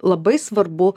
labai svarbu